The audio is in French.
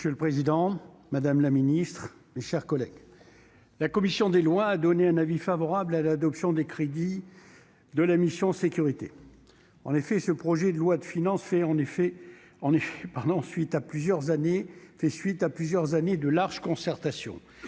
Monsieur le président, madame la ministre, mes chers collègues, la commission des lois a donné un avis favorable sur l'adoption des crédits de la mission « Sécurités ». Ce projet de loi de finances fait suite à plusieurs années de larges concertations-